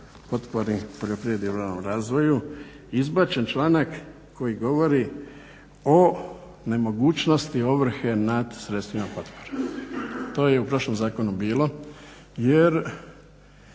potpori poljoprivredi i ruralnom razvoju izbačen članak koji govori o nemogućnosti ovrhe nad sredstvima potpora. To je u prošlom zakonu bilo jer